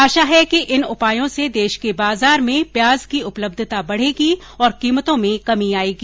आशा है कि इन उपायों से देश के बाजार में प्याज की उपलब्यता बढेगी और कीमतों में कमी आयेगी